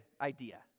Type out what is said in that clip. idea